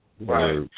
Right